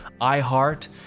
iHeart